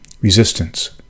resistance